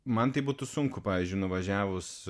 man tai būtų sunku pavyzdžiui nuvažiavus